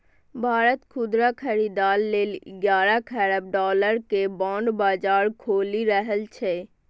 भारत खुदरा खरीदार लेल ग्यारह खरब डॉलर के बांड बाजार खोलि रहल छै